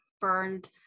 burned